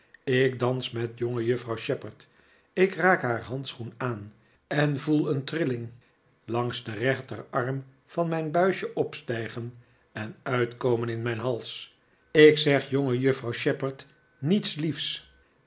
ik dans met jongejuffrouw shepherd ik raak haar handschoen aan en voel een trilling langs den rechterarm van mijn buisje opstijgen en uitkomen in mijn hals ik zeg jongejuffrouw shepherd niets liefs